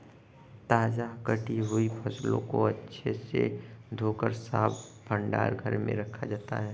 ताजा कटी हुई फसलों को अच्छे से धोकर साफ भंडार घर में रखा जाता है